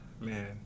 Man